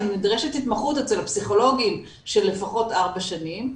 נדרשת התמחות אצל הפסיכולוגים של לפחות ארבע שנים,